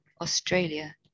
Australia